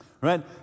right